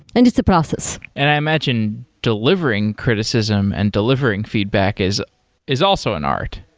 and it's a process. and i imagine delivering criticism and delivering feedback is is also an art.